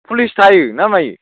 police थायो ना मायो